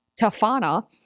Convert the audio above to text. Tafana